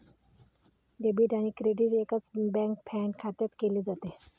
debit आणि credit एकाच bank fund खात्यात केले जाते